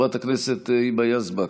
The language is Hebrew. חברת הכנסת היבה יזבק,